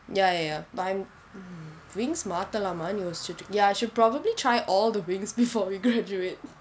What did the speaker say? ya ya ya but I'm wings மாற்றலாமா யோசிச்சுட்டு:maatralaama yosichuttu ya I should probably try all the wings before we graduate